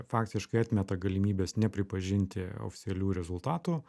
faktiškai atmeta galimybes nepripažinti oficialių rezultatų